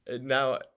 Now